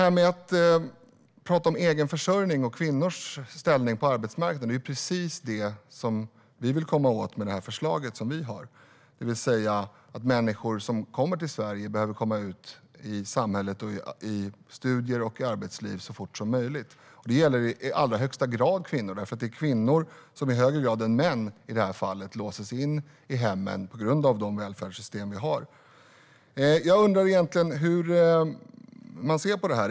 När det gäller egen försörjning och kvinnors ställning på arbetsmarknaden är det precis det vi vill komma åt med det förslag vi har, det vill säga att människor som kommer till Sverige ska komma ut i samhället - i studier och i arbetslivet - så fort som möjligt. Det gäller i allra högsta grad kvinnor, för det är kvinnor som i högre grad än män i det här fallet låses in i hemmet på grund av de välfärdssystem vi har. Jag undrar hur man egentligen ser på detta.